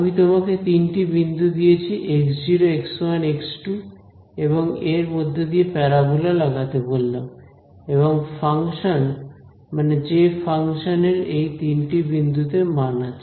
আমি তোমাকে তিনটি বিন্দু দিয়েছি x0 x1 x2 এবং এর মধ্যে দিয়ে প্যারাবোলা লাগাতে বললাম এবং ফাংশন মানে যে ফাংশানের এই তিনটি বিন্দুতে মান আছে